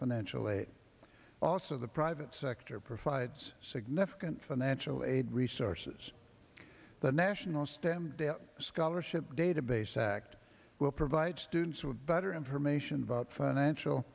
financial aid also the private sector provides significant financial aid resources the national stem scholarship database act will provide students with better information about financial